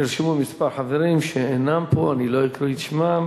נרשמו כמה חברים שאינם פה, אני לא אקריא את שמם.